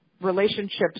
relationships